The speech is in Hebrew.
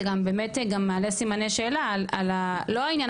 זה גם באמת גם מעלה סימני שאלה על לא העניין